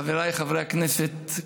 חבריי חברי הכנסת,